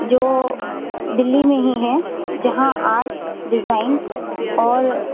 جو دلّی میں ہی ہے جہاں آرٹ ڈیزائن اور